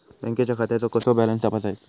बँकेच्या खात्याचो कसो बॅलन्स तपासायचो?